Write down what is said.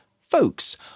folks